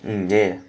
in there